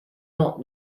not